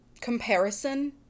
comparison